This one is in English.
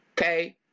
Okay